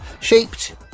shaped